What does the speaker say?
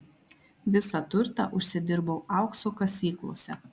visą turtą užsidirbau aukso kasyklose